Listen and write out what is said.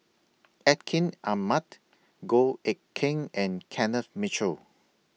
Atin Amat Goh Eck Kheng and Kenneth Mitchell